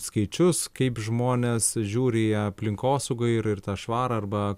skaičius kaip žmonės žiūri į aplinkosaugą ir ir tą švarą arba